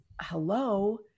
hello